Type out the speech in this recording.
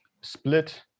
split